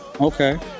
okay